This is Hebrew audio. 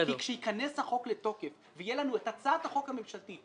כשייכנס החוק לתוקף ותהיה לנו הצעת החוק הממשלתית,